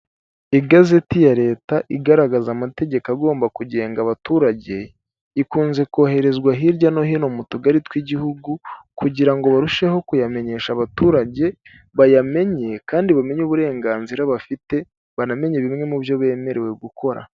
Igazeti ya leta igaragaza amategeko agomba kugenga abaturage, ikunze koherezwa hirya no hino mu tugari tw'igihugu, kugira ngo barusheho kuyamenyesha abaturage, bayamenye, kandi bamenye uburenganzira bafite, banamenye bimwe mu byo bemerewe gukora.